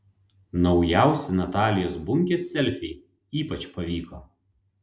naujausi natalijos bunkės selfiai ypač pavyko